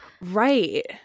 Right